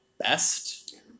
best